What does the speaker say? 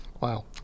Wow